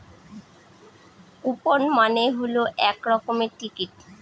coupon মানে হল এক রকমের টিকিট